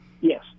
Yes